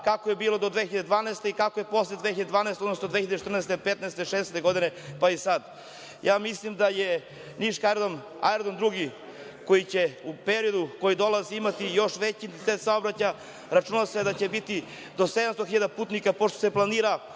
kako je bilo do 2012. godine i kako je posle 2012. godine, odnosno 2014, 2015, 2016. godine, pa i sada. Ja mislim da je niški aerodrom drugi koji će u periodu koji dolazi imati još veći intenzitet saobraćaja. Računa se da će biti do 700 hiljada putnika, pošto se planira